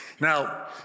Now